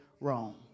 wrong